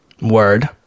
Word